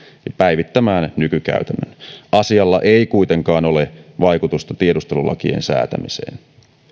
päivittämään nykykäytännön asialla ei kuitenkaan ole vaikutusta tiedustelulakien säätämiseen